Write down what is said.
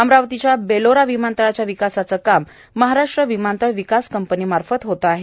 अमरावतीच्या बेलोरा विमानतळाच्या विकासाचे काम महाराष्ट्र विमानतळ विकास कंपनीतर्फे होत आहे